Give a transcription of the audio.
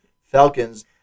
Falcons